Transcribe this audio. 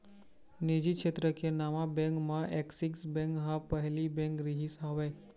निजी छेत्र के नावा बेंक म ऐक्सिस बेंक ह पहिली बेंक रिहिस हवय